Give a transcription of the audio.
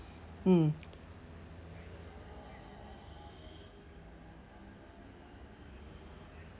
mm